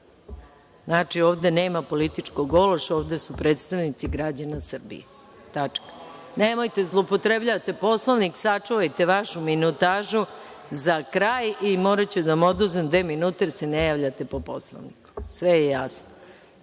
Znači, ovde nema političkog ološa ovde su predstavnici građana Srbije. Tačka. Nemojte, zloupotrebljavate Poslovnik, sačuvajte vašu minutažu za kraj i moraću da vam oduzmem dve minute jer se ne javljate po Poslovniku. Sve je